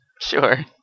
sure